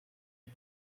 you